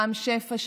רם שפע,